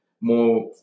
more